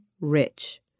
rich